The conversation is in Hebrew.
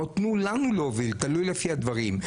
או תנו לנו להוביל, תלוי לפי הדברים.